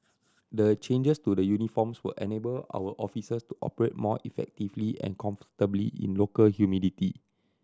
the changes to the uniforms will enable our officers to operate more effectively and comfortably in local humidity